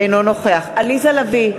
אינו נוכח עליזה לביא,